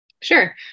Sure